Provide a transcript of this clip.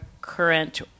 current